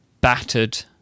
battered